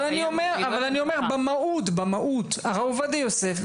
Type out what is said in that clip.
במהות הרב עובדיה יוסף,